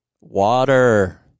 water